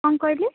କ'ଣ କହିଲେ